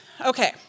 okay